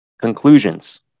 Conclusions